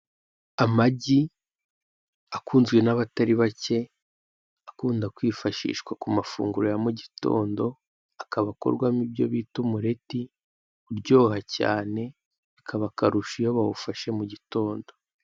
Amagi akunzwe nabatari bake akunda kwifashishwa ku mafunguro ya mu gitondo akaba akorwamo ibyo bita umureti uryoha cyane bikaba akarusho iyo bawufashe mu gitondo.